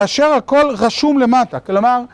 אשר הכל רשום למטה, כלומר...